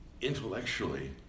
intellectually